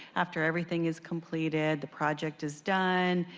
after everything is completed. the project is done.